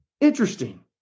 interesting